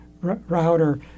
router